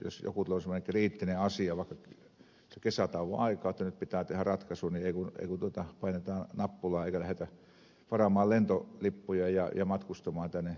jos tulee semmoinen kriittinen asia vaikka kesätauon aikaan että nyt pitää tehdä ratkaisu niin ei kun painetaan nappulaa eikä lähdetä varaamaan lentolippuja ja matkustamaan tänne helsinkiin